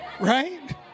Right